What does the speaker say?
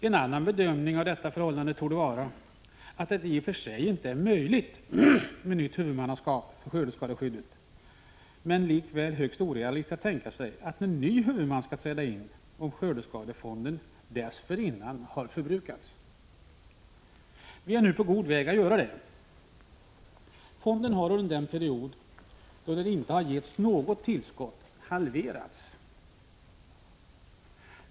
En annan bedömning av förhållandet torde vara att det i och för sig inte är omöjligt med nytt huvudmannaskap för skördeskadeskyddet men likväl högst orealistiskt att tänka sig att en ny huvudman skall träda in om skördeskadefonden dessförinnan har förbrukats. Vi är nu på god väg dithän. Fonden har halverats under den period då den inte har getts något tillskott.